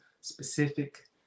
specific